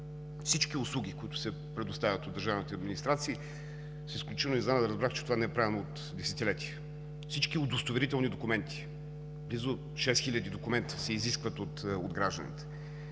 всички услуги, които се предоставят от държавните администрации. С изключителна изненада разбрах, че това не е правено от десетилетия. Всички удостоверителни документи – близо 6000, се изискват от гражданите,